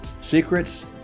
Secrets